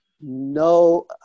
no